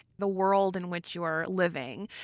the world in which you are living,